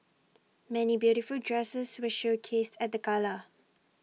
many beautiful dresses were showcased at the gala